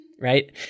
Right